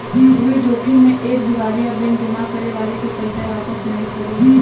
ऋण जोखिम में एक दिवालिया बैंक जमा करे वाले के पइसा वापस नाहीं करी